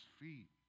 feet